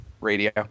radio